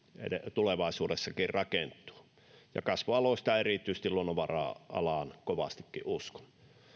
tulevaisuudessakin rakentuvat ja kasvualoista erityisesti luonnonvara alaan kovastikin uskon